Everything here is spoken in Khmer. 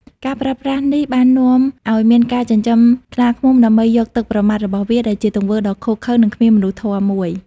ការប្រើប្រាស់នេះបាននាំឱ្យមានការចិញ្ចឹមខ្លាឃ្មុំ ដើម្បីយកទឹកប្រមាត់របស់វា ដែលជាទង្វើដ៏ឃោរឃៅ និងគ្មានមនុស្សធម៌មួយ។